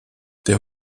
der